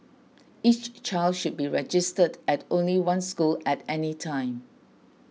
each child should be registered at only one school at any time